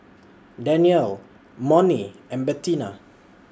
Danniel Monnie and Bettina